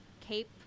cape